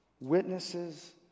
witnesses